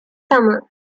summer